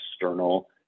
external